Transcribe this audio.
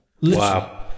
Wow